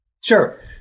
Sure